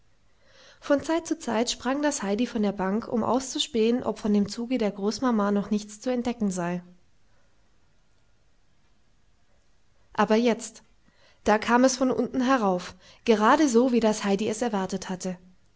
von zeit zu zeit sprang das heidi von der bank um auszuspähen ob von dem zuge der großmama noch nichts zu entdecken sei aber jetzt da kam es von unten herauf gerade so wie das heidi es erwartet hatte